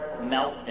meltdown